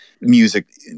music